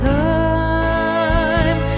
time